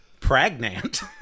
Pregnant